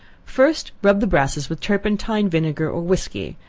first rub the brasses with turpentine, vinegar or whiskey,